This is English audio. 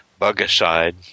bugicide